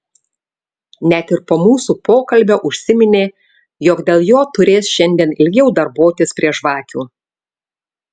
net ir po mūsų pokalbio užsiminė jog dėl jo turės šiandien ilgiau darbuotis prie žvakių